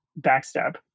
backstab